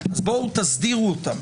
אז בואו תסדירו אותם.